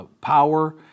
power